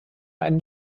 einen